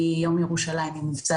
המעצר